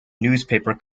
newspaper